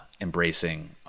Embracing